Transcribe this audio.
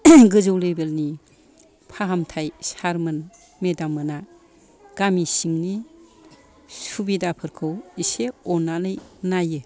गोजौ लेबेल नि फाहामथाइ सार मोन मेदाम मोना गामि सिंनि सुबिदाफोरखौ इसे अननानै नायो